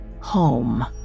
home